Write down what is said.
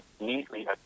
neatly